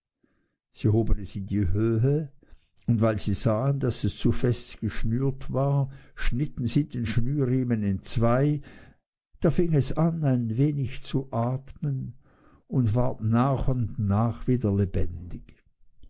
sie hoben es in die höhe und weil sie sahen daß es zu fest geschnürt war schnitten sie den schnürriemen entzwei da fing es an ein wenig zu atmen und ward nach und nach wieder lebendig